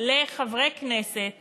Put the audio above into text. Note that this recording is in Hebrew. לחברי כנסת